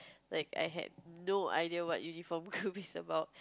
like I had no idea what uniform group is about